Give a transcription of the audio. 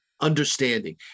understanding